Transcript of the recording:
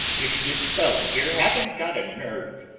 if this fellow here hasn't got a nerve!